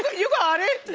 you got it.